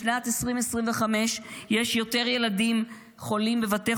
בשנת 2025 יש יותר ילדים חולים בבתי